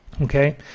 okay